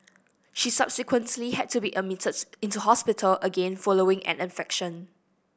she subsequently had to be admitted into hospital again following an infection